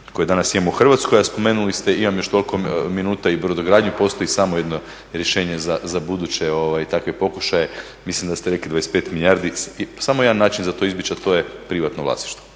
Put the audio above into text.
koje danas imamo u Hrvatskoj, a spomenuli ste, imam još toliko minuta i brodogradnju, postoji samo jedno rješenje za buduće takve pokušaje. Mislim da ste rekli 25 milijardi, samo je jedan način za to izbjeći, a to je privatno vlasništvo.